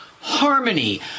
Harmony